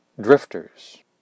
drifters